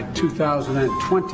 2020